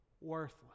worthless